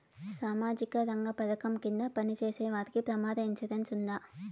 సామాజిక రంగ పథకం కింద పని చేసేవారికి ప్రమాద ఇన్సూరెన్సు ఉందా?